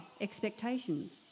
expectations